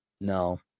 no